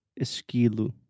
esquilo